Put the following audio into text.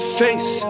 face